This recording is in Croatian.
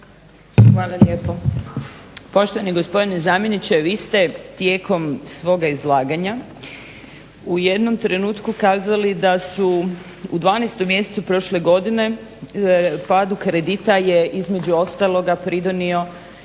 Hvala lijepo. Poštovani gospodine zamjeniče vi ste tijekom svoga izlaganja u jednom trenutku kazali da su u 12.mjesecu prošle godine padu kredita je između ostaloga pridonio